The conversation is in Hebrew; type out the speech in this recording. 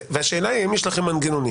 והשאלה היא האם יש לכם מנגנונים